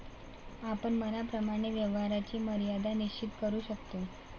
आपण मनाप्रमाणे व्यवहाराची मर्यादा निश्चित करू शकतो